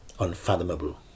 Unfathomable